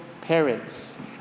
parents